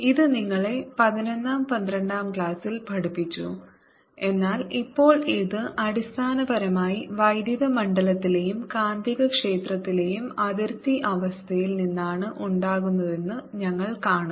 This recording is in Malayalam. ഇത് നിങ്ങളെ പതിനൊന്നാം പന്ത്രണ്ടാം ക്ലാസ്സിൽ പഠിപ്പിച്ചു എന്നാൽ ഇപ്പോൾ ഇത് അടിസ്ഥാനപരമായി വൈദ്യുത മണ്ഡലത്തിലെയും കാന്തികക്ഷേത്രത്തിലെയും അതിർത്തി അവസ്ഥയിൽ നിന്നാണ് ഉണ്ടാകുന്നതെന്ന് ഞങ്ങൾ കാണുന്നു